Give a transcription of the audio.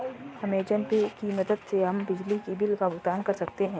Amazon Pay की मदद से हम बिजली बिल का भुगतान कर सकते हैं